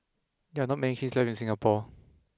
there are not many kilns left in Singapore